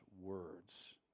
words